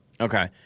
Okay